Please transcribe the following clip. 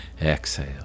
Exhale